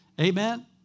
Amen